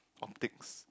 optics